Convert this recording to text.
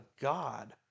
God